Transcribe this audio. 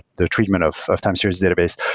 the treatment of of time series database.